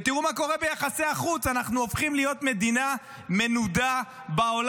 ותראו מה קורה ביחסי החוץ: אנחנו הופכים להיות מדינה מנודה בעולם.